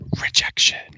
Rejection